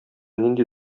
нинди